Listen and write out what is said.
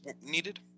needed